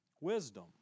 wisdom